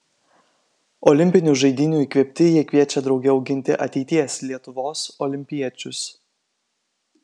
olimpinių žaidynių įkvėpti jie kviečia drauge auginti ateities lietuvos olimpiečius